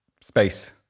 space